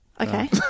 Okay